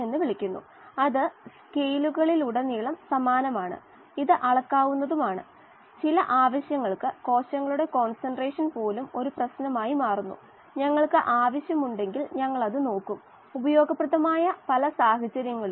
ചിലത് അത് തൽക്ഷണം ഇന്റർഫെയിസിൽ സമതുലിതാവസ്ഥ കൈവരിക്കുന്നു എന്ന് കണ്ടെത്തിയിരിക്കുന്നു പിന്നീട് കുറച്ചുനേരത്തേക്ക് നമ്മൾ ആശങ്കപ്പെടുന്നതെല്ലാം ദ്രാവക ഘട്ട മോൾഫ്രാക്ഷനുകളാണ്